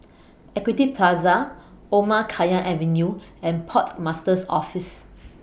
Equity Plaza Omar Khayyam Avenue and Port Master's Office